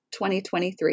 2023